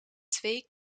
twee